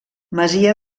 masia